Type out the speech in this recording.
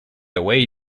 away